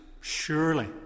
surely